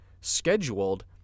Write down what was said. scheduled